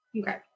Okay